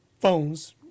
phones